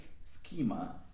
schema